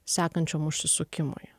sekančiam užsisukimui